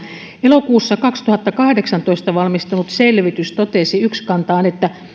elokuussa kaksituhattakahdeksantoista valmistunut selvitys totesi ykskantaan että